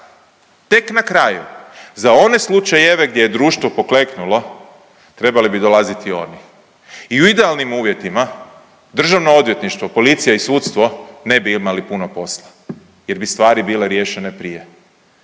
tek na kraju za one slučajeve gdje je društvo pokleknulo, trebali bi dolaziti oni i u idealnim uvjetima, DORH, policija i sudstvo ne bi imali puno posla jer bi stvari bile riješene prije,